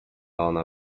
ona